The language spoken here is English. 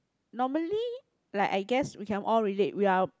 normally like I guess we can all relate we are